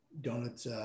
donuts